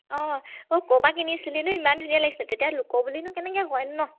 অঁ অঁ ক'ৰপৰা কিনিছিলিনো ইমান ধুনীয়া লাগিছে তেতিয়ানো লোকৰ বুলিনো কেনেকৈ কয় নহ্